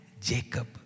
Jacob